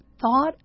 thought